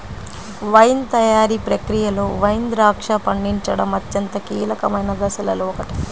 wine తయారీ ప్రక్రియలో wine ద్రాక్ష పండించడం అత్యంత కీలకమైన దశలలో ఒకటి